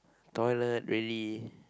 toilet really